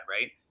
Right